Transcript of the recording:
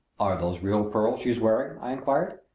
are those real pearls she is wearing? i inquired.